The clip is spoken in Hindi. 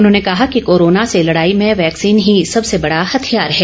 उन्होंने कहा कि कोरोना से लड़ाई में वैक्सीन ही सबसे बड़ा हथियार है